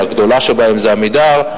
שהגדולה שבהן זו "עמידר",